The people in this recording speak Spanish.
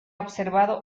observado